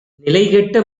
நிலைகெட்ட